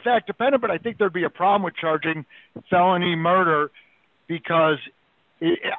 effective better but i think there'd be a problem with charging felony murder because